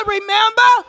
Remember